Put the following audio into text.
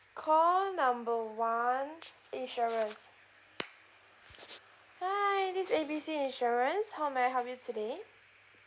call number one insurance hi this A B C insurance how may I help you today